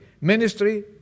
ministry